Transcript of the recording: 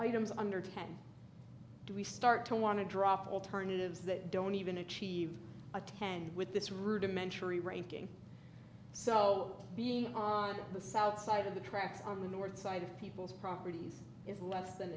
items under ten do we start to want to drop alternatives that don't even achieve attend with this rudimentary ranking so being on the south side of the tracks on the north side of people's properties is less than